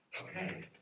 okay